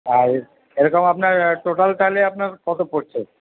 আর এরকম আপনার টোটাল তাহলে আপনার কত পড়ছে